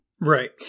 Right